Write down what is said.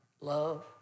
love